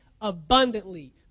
abundantly